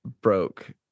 broke